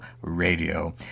Radio